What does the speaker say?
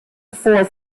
for